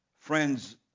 friends